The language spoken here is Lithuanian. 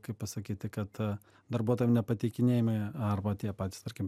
kaip pasakyti kad darbuotojam nepateikinėjami arba tie patys tarkim